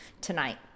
tonight